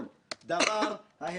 צביקה זרחיה,